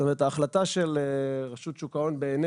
זאת אומרת ההחלטה ברשות שוק ההון בעינינו,